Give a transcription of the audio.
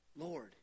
Lord